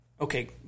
Okay